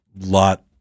Lot